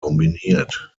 kombiniert